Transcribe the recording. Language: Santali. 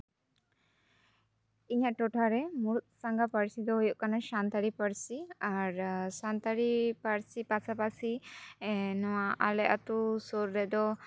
ᱤᱧᱟᱹᱜ ᱴᱚᱴᱷᱟᱨᱮ ᱢᱩᱬᱩᱫ ᱥᱟᱸᱜᱷᱟ ᱯᱟᱹᱨᱥᱤ ᱫᱚ ᱦᱩᱭᱩᱜ ᱠᱟᱱᱟ ᱥᱟᱱᱛᱟᱲᱤ ᱯᱟᱹᱨᱥᱤ ᱟᱨ ᱥᱟᱱᱛᱟᱲᱤ ᱯᱟᱹᱨᱥᱤ ᱯᱥᱟᱯᱟᱥᱤ ᱱᱚᱣᱟ ᱟᱞᱮ ᱟᱹᱛᱩ ᱥᱩᱨ ᱨᱮᱫᱚ